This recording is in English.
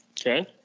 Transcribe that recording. Okay